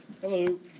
Hello